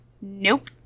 nope